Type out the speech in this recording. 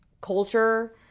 culture